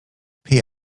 pay